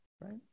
Right